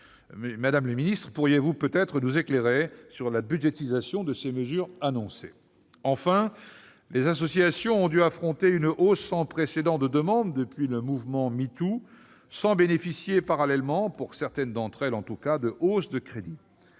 Madame la secrétaire d'État, pourriez-vous peut-être nous éclairer sur la budgétisation de ces mesures annoncées ? Enfin, les associations ont dû affronter une hausse sans précédent de demandes depuis le mouvement #MeToo, sans bénéficier parallèlement, pour certaines d'entre elles, de hausse de crédits.